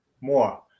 more